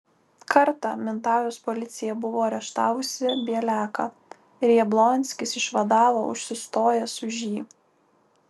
kartą mintaujos policija buvo areštavusi bieliaką ir jablonskis išvadavo užsistojęs už jį